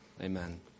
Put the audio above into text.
Amen